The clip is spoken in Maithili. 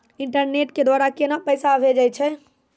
इंटरनेट के द्वारा केना पैसा भेजय छै?